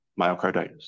myocarditis